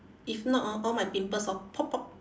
if not orh all my pimples all pop pop